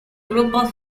grupos